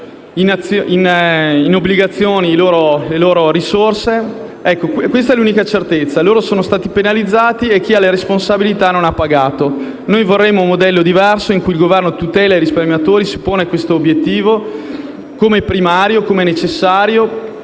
in obbligazioni le loro risorse. Ecco, questa è l'unica certezza: i risparmiatori sono stati penalizzati e i responsabili non hanno pagato. Noi vorremmo un modello diverso in cui il Governo tuteli i risparmiatori, si ponga questo obiettivo come primario e necessario,